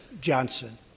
Johnson